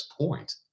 point